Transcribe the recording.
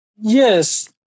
Yes